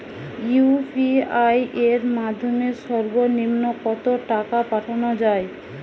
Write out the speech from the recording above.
UPI এর মাধ্যমে সর্ব নিম্ন কত টাকা পাঠানো য়ায়?